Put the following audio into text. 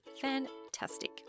fantastic